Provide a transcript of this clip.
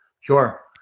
Sure